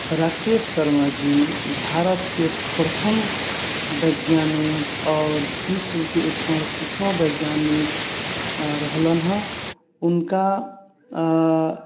राकेश शर्मा जी भारतके प्रथम वैज्ञानिक आओर विश्वके एक सए अड़तीसवाँ वैज्ञानिक रहलन हँ उनका